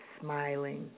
smiling